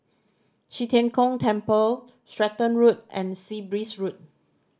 Qi Tian Gong Temple Stratton Road and Sea Breeze Road